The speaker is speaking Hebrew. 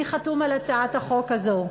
מי חתום על הצעת החוק הזו: